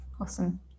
Awesome